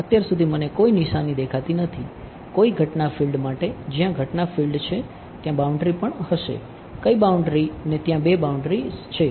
અત્યાર સુધી મને કોઈ નિશાની ઝ છે